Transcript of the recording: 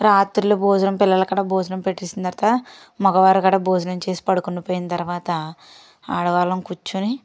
రాత్రుళ్ళు భోజనం పిల్లలకు గటా భోజనం పెట్టిన తర్వాత మగవారు గటా భోజనం చేసి పడుకో పోయిన తర్వాత ఆడవాళ్ళం కూర్చొని